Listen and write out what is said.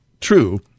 true –